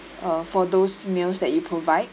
uh for those meals that you provide